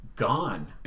Gone